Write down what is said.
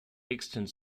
extant